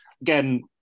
again